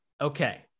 Okay